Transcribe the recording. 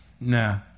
nah